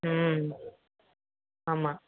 ம் ஆமாம்